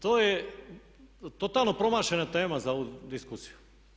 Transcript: To je totalno promašena tema za ovu diskusiju.